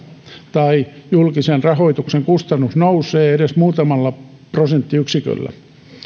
tai julkisen rahoituksen kustannus nousee edes muutamalla prosenttiyksiköllä